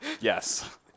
yes